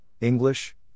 English